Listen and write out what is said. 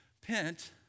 Pent